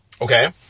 okay